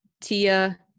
Tia